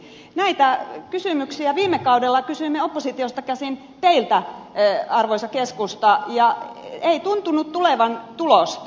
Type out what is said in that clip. näitä kysymyksiä viime kaudella kysyimme oppositiosta käsin teiltä arvoisa keskusta ja ei tuntunut tulevan tulosta